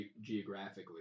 geographically